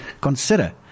consider